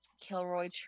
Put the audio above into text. Kilroy